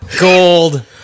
Gold